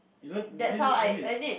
you don't you didn't end it